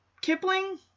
Kipling